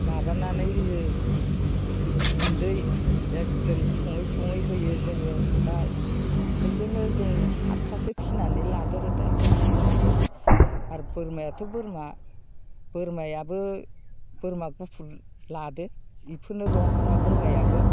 माबानानै होयो गुन्दै एकदम सङै सङै होयो जोङो दा बेफोरजोंनो जों हात थासो फिनानै लादों र' दा दा अमाखौ आरो बोरमायाथ' बोरमा बोरमायाबो बोरमा गुफुर लादों बेफोरनो दं दा बोरमायाबो